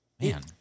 Man